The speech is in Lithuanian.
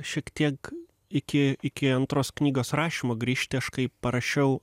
šiek tiek iki iki antros knygos rašymo grįžti aš kai parašiau